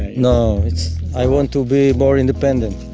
no, i want to be more independent